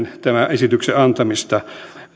esityksen antamista